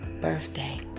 birthday